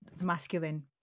masculine